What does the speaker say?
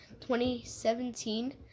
2017